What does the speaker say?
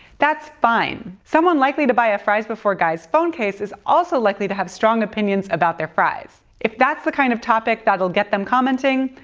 that's fine. someone likely to buy a fries-before-guys phone case is also likely to have strong opinions about their fries. if that's the kind of topic that'll get them commenting,